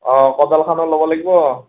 অ কৰতালখনো ল'ব লাগিব